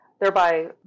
thereby